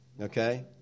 okay